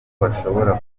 bashobora